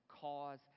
cause